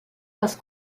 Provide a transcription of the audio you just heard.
les